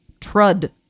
trud